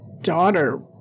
daughter